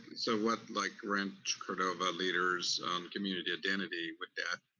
so what, like, rancho cordova leaders' community identity with that,